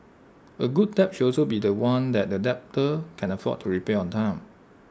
A good debt should also be The One that the debtor can afford to repay on time